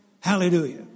Hallelujah